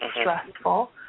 stressful